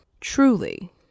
truly